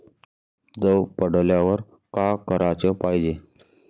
दव पडल्यावर का कराच पायजे?